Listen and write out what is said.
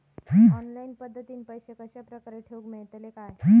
Online पद्धतीन पैसे कश्या प्रकारे ठेऊक मेळतले काय?